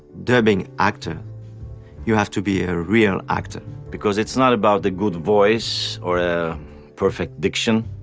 dubbing actor you have to be a real actor because it's not about the good voice or perfect diction,